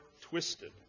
twisted